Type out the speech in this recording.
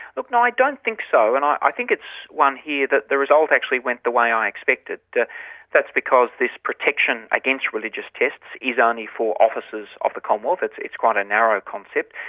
look, no i don't think so, and i think it's one here that the result actually went the way i expected that's because this protection against religious tests is only for officers of the commonwealth, it's it's quite a narrow concept,